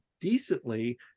decently